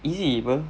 easy [pe]